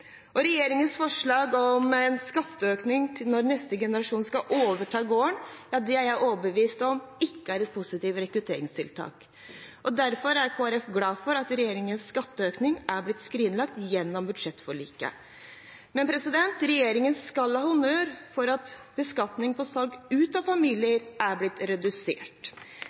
landbruket. Regjeringens forslag om en skatteøkning når neste generasjon skal overta gården, er jeg overbevist om at ikke er et positivt rekrutteringstiltak. Derfor er Kristelig Folkeparti glad for at regjeringens skatteøkning er blitt skrinlagt gjennom budsjettforliket. Men regjeringen skal ha honnør for at beskatningen ved salg ut av familien er blitt redusert.